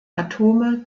atome